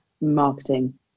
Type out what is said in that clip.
marketing